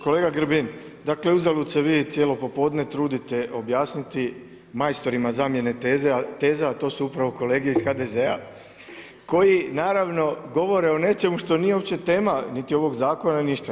Kolega Grbin, dakle uzalud se vi cijelo popodne trudite objasniti majstorima zamjena teza, a to su upravo kolege iz HDZ-a koji naravno govore o nečemu što nije uopće tema niti ovog zakona niti ništa.